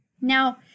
Now